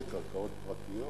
זה קרקעות פרטיות.